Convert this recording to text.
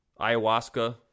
ayahuasca